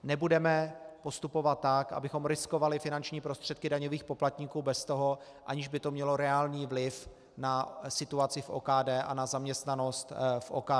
Nebudeme postupovat tak, abychom riskovali finanční prostředky daňových poplatníků, aniž by to mělo reálný vliv na situaci v OKD a na zaměstnanost v OKD.